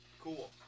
Cool